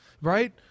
Right